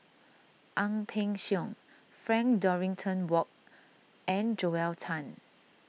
Ang Peng Siong Frank Dorrington Ward and Joel Tan